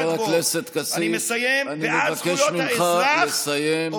חבר הכנסת כסיף, אני מבקש ממך לסיים.